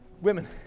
Women